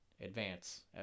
Advance